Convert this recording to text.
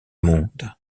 monde